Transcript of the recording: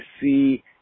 see